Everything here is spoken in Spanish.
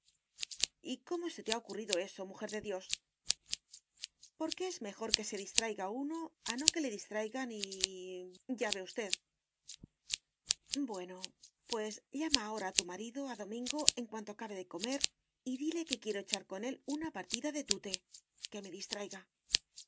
y como se te ha ocurrido eso mujer de dios porque es mejor que se distraiga uno a no que le distraigan y ya ve usted bueno pues llama ahora a tu marido a domingo en cuanto acabe de comer y dile que quiero echar con él una partida de tute que me distraiga y